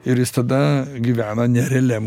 ir jis tada gyvena ne realiam